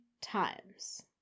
times